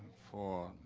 for